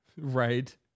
Right